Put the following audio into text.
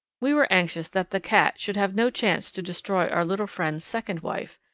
we were anxious that the cat should have no chance to destroy our little friend's second wife,